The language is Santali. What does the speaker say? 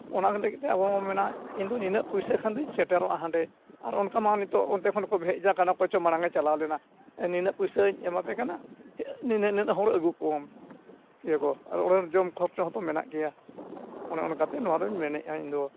ᱚᱱᱟ ᱞᱟᱹᱜᱤᱫ ᱛᱮ ᱟᱵᱚ ᱵᱚᱱ ᱢᱮᱱᱟ ᱤᱧᱫᱚ ᱱᱤᱱᱟᱹᱜ ᱯᱚᱭᱥᱟ ᱠᱷᱟᱱ ᱜᱤᱧ ᱥᱮᱴᱮᱨᱚᱜᱼᱟ ᱦᱟᱸᱰᱮ ᱟᱨ ᱚᱱᱠᱟ ᱢᱟ ᱱᱤᱛᱚᱜ ᱚᱱᱛᱮ ᱠᱷᱚᱱ ᱠᱚ ᱵᱷᱮᱡᱟ ᱠᱟᱱᱟ ᱠᱚ ᱚᱠᱚᱭ ᱪᱚ ᱢᱟᱲᱟᱝ ᱮ ᱪᱟᱞᱟᱣ ᱞᱮᱱᱟ ᱱᱤᱱᱟᱹᱜ ᱯᱚᱭᱥᱟᱧ ᱮᱢᱟ ᱯᱮ ᱠᱟᱱᱟ ᱱᱤᱱᱟᱹᱜ ᱱᱤᱱᱟᱹᱜ ᱦᱚᱲ ᱟᱹᱜᱩ ᱠᱚᱢ ᱤᱭᱟᱹ ᱠᱚ ᱟᱨ ᱚᱰᱟᱨ ᱡᱚᱢ ᱠᱷᱚᱨᱪᱟ ᱦᱚᱸᱛᱚ ᱢᱮᱱᱟᱜ ᱜᱮᱭᱟ ᱚᱱᱮ ᱚᱱᱠᱟᱛᱮ ᱱᱚᱣᱟᱫᱚᱧ ᱢᱮᱱᱮᱫᱼᱟ ᱤᱧᱫᱚ